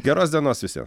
geros dienos visiem